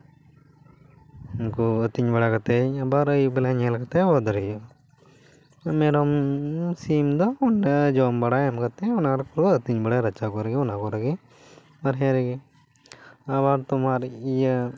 ᱩᱱᱠᱩ ᱟ ᱛᱤᱧ ᱵᱟᱲᱟ ᱠᱟᱛᱮ ᱤᱧ ᱟᱵᱟᱨ ᱟᱭᱩᱵ ᱵᱮᱞᱟ ᱧᱮᱞ ᱠᱟᱛᱮ ᱦᱚᱨ ᱫᱷᱟᱨᱮ ᱦᱩᱭᱩᱜᱼᱟ ᱢᱮᱨᱚᱢ ᱥᱤᱢ ᱫᱚ ᱡᱚᱢ ᱵᱟᱲᱟ ᱮᱢ ᱠᱟᱛᱮ ᱚᱱᱟ ᱨᱮᱠᱚ ᱟ ᱛᱤᱧ ᱵᱟᱲᱟ ᱨᱟᱪᱟ ᱠᱚᱨᱮ ᱚᱱᱟ ᱠᱚᱨᱮᱜᱮ ᱟᱨ ᱦᱮᱸ ᱟᱵᱟᱨ ᱛᱳᱢᱟᱨ ᱤᱭᱟᱹ